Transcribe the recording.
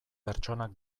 pertsonak